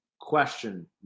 question